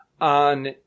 on